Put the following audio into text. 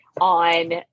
on